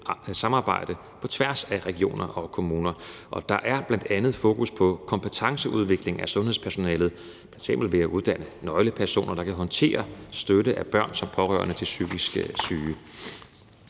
samarbejde på tværs af regioner og kommuner. Der er bl.a. fokus på kompetenceudvikling af sundhedspersonalet, f.eks. ved at uddanne nøglepersoner, der kan håndtere støtte af børn som pårørende til psykisk syge.